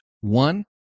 One